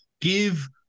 give